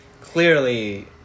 clearly